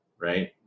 right